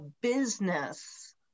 business